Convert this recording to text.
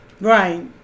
Right